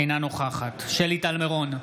אינה נוכחת שלי טל מירון,